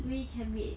we can be